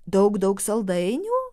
daug daug saldainių